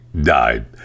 died